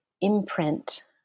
imprint